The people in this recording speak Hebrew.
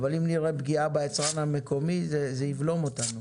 אם נראה פגיעה ביצרן המקומי, זה יבלום אותנו.